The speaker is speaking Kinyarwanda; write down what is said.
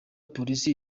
polisi